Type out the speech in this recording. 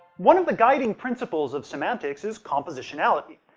one of the guiding principles of semantics is compositionality.